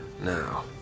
Now